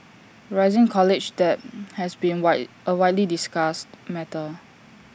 rising college debt has been A widely discussed matter